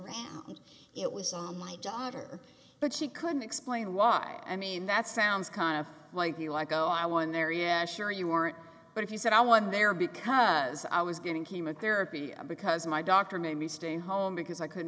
and it was my daughter but she couldn't explain why i mean that sounds kind of like you like oh i won there yeah sure you weren't but if you said i won there because i was getting chemotherapy because my doctor made me stay home because i couldn't